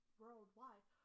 worldwide